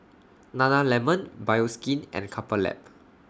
Nana Lemon Bioskin and Couple Lab